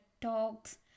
talks